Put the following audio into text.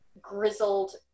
grizzled